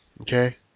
okay